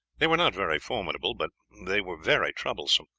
they were not very formidable, but they were very troublesome,